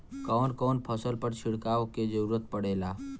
कवन कवन फसल पर छिड़काव के जरूरत पड़ेला?